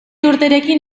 urterekin